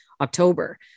october